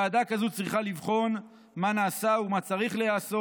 ועדה כזו צריכה לבחון מה נעשה ומה צריך להיעשות.